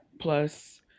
plus